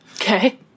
Okay